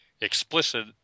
explicit